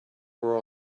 were